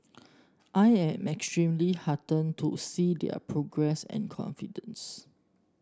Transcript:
I am extremely heartened to see their progress and confidence